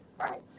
Right